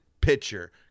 pitcher